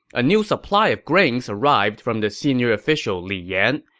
a new supply of grains arrived from the senior official li yan.